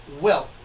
wealth